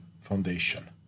Foundation